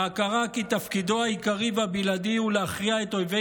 ההכרה כי תפקידו העיקרי והבלעדי הוא להכריע את אויבי